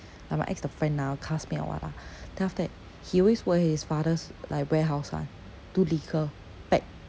like my ex the friend lah classmate or what ah then after that he always work at his father's like warehouse [one] do liquor pack